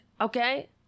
Okay